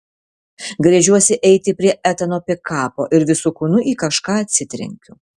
gręžiuosi eiti prie etano pikapo ir visu kūnu į kažką atsitrenkiu